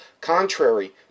contrary